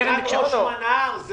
קרן, את